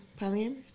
polyamorous